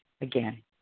again